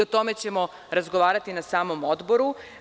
O tome ćemo razgovarati na samom odboru.